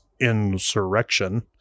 insurrection